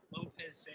Lopez